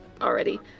already